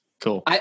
Cool